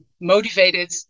motivated